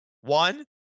One